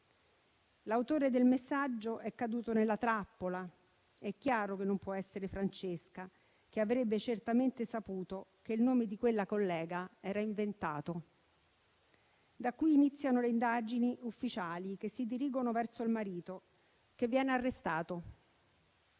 L'autore del messaggio è caduto nella trappola; è chiaro che non può essere Francesca, che avrebbe certamente saputo che il nome di quella collega era inventato. Da qui iniziano le indagini ufficiali, che si dirigono verso il marito, che viene arrestato.